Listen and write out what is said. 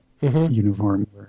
uniform